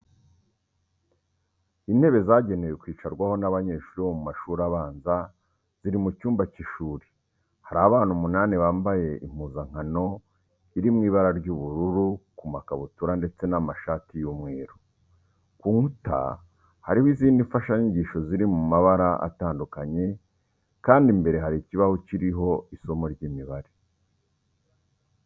Intebe zagenewe kwicarwaho n'abanyeshuri bo mu mashuri abanza ziri mu cyumba cy'ishuri. Hari abana umunani bambaye impuzankano iri mu ibara ry'ubururu ku makabutura ndetse n'amashati y'umweru. Ku nkuta hariho izindi mfashanyigisho ziri mu mabara atandukanye kandi imbere hari ikibaho kiriho isomo ry'imibare.